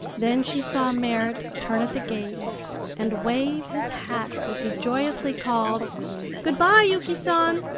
then she saw merrit turn at the gate and wave his hat as he joyously called good-by, yuki san,